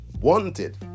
wanted